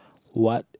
what